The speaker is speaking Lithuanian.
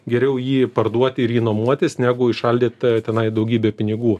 geriau jį parduoti ir jį nuomotis negu įšaldyt tenai daugybė pinigų